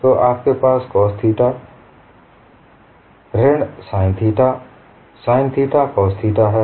तो आपके पास cos थीटा ऋण sin theta sin theta cos theta है